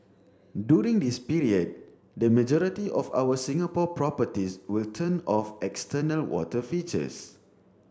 during this period the majority of our Singapore properties will turn off external water features